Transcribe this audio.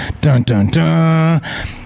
Dun-dun-dun